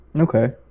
okay